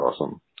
awesome